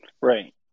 Right